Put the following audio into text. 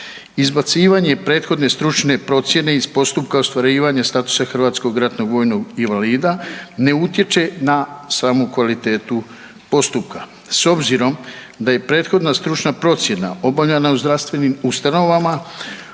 Izbacivanje prethodne stručne procjene iz postupka ostvarivanja statusa hrvatskog ratnog vojnog invalida ne utječe na samu kvalitetu postupka. S obzirom da je prethodna stručna procjena obavljena u zdravstvenim ustanovama